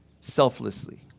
selflessly